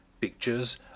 pictures